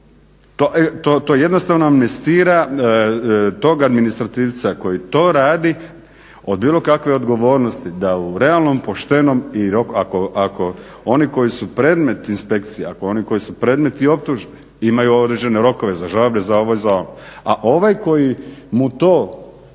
To jednostavno amnestira tog administrativca koji to radi od bilo kakve odgovornosti da u realnom, poštenom i ako oni koji su predmet inspekcije, ako oni koji su predmet i optužbe imaju određene rokove za žalbe, za ono i ovo. A ovaj koji će mu to učiniti